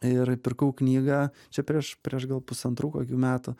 ir pirkau knygą čia prieš prieš gal pusantrų kokių metų